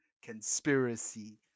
Conspiracy